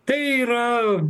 tai yra